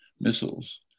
missiles